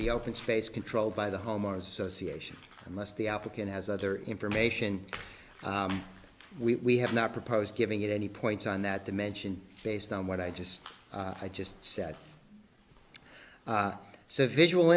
be open space controlled by the homeowners association unless the applicant has other information we have not proposed giving it any points on that dimension based on what i just i just said so the visual